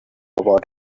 about